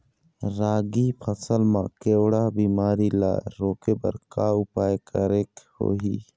रागी फसल मा केवड़ा बीमारी ला रोके बर का उपाय करेक होही?